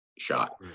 Shot